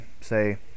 say